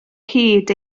hyd